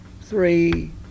three